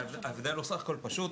ההבדל הוא סך הכול פשוט.